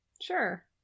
Sure